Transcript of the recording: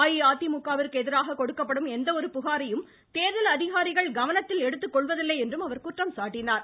அஇஅதிமுகவிற்கு எதிராக கொடுக்கப்படும் எந்த ஒரு புகாரையும் தேர்தல் அதிகாரிகள் கவனத்தில் எடுத்துக் கொள்வதில்லை என்று அவர்குற்றம் சாட்டினார்